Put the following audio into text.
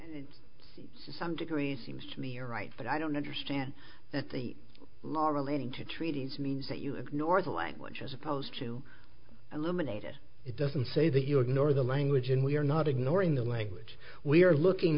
ation some degrees seems to be your right but i don't understand that the law relating to treaties means that you ignore the language as opposed to eliminate it it doesn't say that you ignore the language and we are not ignoring the language we are looking